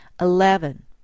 Eleven